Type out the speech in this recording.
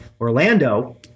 Orlando